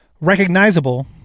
Recognizable